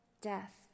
death